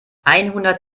einhundert